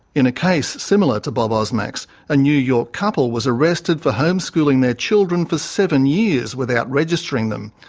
in a case similar to bob osmak's, a new york couple was arrested for homeschooling their children for seven years without registering them.